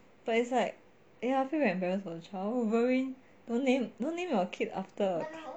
but it's like ya I feel very embarrassed for the child wolverine don't name don't name your kid after a